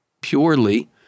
purely